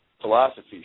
philosophy